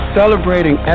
celebrating